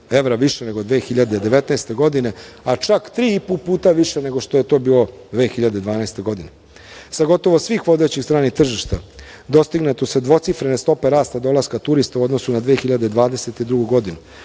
evra više nego 2019. godine, a čak 3,5 puta više nego što je to bilo 2012. godine. Sa gotovo svih vodećih stranih tržišta, dostignute su dvocifrene stope rasta dolaska turista u odnosu na 2022. godinu.